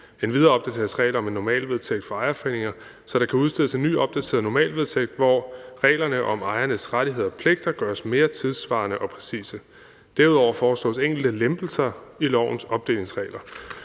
Endvidere opdateres regler om en normalvedtægt for ejerforeninger, så der kan udstedes en ny opdateret normalvedtægt, hvor reglerne om ejernes rettigheder og pligter gøres mere tidssvarende og præcise. Derudover foreslås der enkelte lempelser i lovens opdelingsregler.